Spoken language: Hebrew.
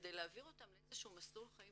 כדי להעביר אותו לאיזה שהוא מסלול חיים